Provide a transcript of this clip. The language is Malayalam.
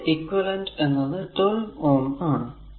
അതിന്റെ ഇക്വിവലെന്റ് എന്നത് 12 Ω ആണ്